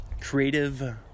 creative